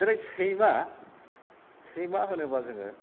दिनै सैमा होनोबा जोङो